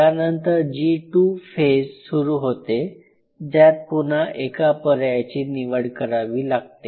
यानंतर G two phase सुरू होते ज्यात पुनः एका पर्यायाची निवड करावी लागते